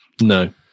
No